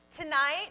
Tonight